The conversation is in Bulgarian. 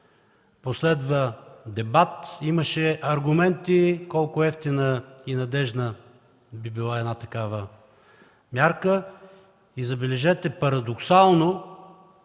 Последва дебат. Имаше аргументи колко евтина и надеждна би била една такава мярка и, забележете, парадоксално